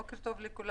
בוקר טוב לכולם,